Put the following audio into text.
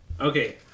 Okay